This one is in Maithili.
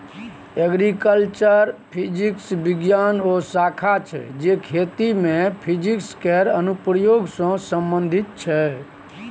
एग्रीकल्चर फिजिक्स बिज्ञानक ओ शाखा छै जे खेती मे फिजिक्स केर अनुप्रयोग सँ संबंधित छै